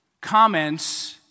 comments